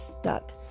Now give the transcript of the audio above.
stuck